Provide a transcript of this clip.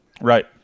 Right